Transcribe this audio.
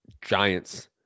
Giants